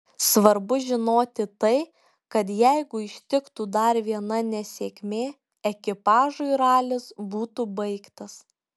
svarbu žinoti tai kad jeigu ištiktų dar viena nesėkmė ekipažui ralis būtų baigtas